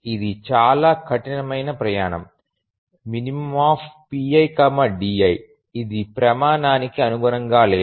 ఇది చాలా కఠినమైన ప్రమాణం minpidi ఇది ప్రమాణానికి అనుగుణంగా లేదు